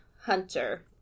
hunter